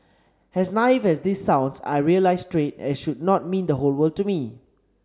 as naive as this sounds I realised straight as should not mean the whole world to me